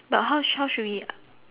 but how sh~ how should we